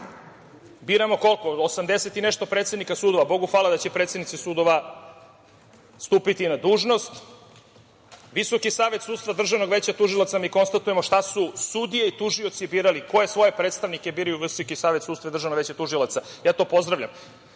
Biramo osamdeset i nešto predsednika sudova. Bogu hvala da će predsednici sudova stupiti na dužnost. Visoki savet sudstva, Državnog veća tužilaca, mi konstatujemo šta su sudije i tužioci birali, koje svoje predstavnike biraju Visoki savet sudstva i Državno veće tužilaca, ja to pozdravljam.